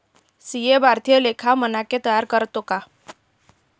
CA भारतीय लेखा मानके तयार करतो का